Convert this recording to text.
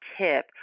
tip